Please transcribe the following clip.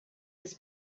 his